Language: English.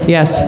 Yes